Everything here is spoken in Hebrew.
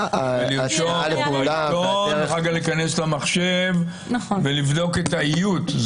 לרשום ואחר כך להיכנס למחשב ולבדוק את האיות.